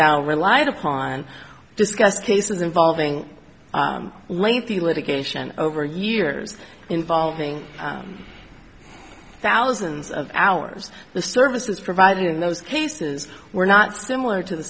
battle relied upon discussed cases involving lengthy litigation over years involving thousands of hours the services provided in those cases were not similar to the